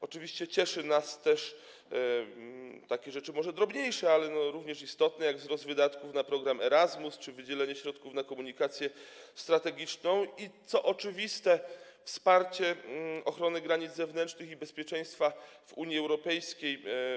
Oczywiście cieszą nas też rzeczy może drobniejsze, ale również istotne, jak wzrost wydatków na program Erasmus czy wydzielenie środków na komunikację strategiczną i, co oczywiste, wsparcie ochrony granic zewnętrznych i bezpieczeństwa w Unii Europejskiej.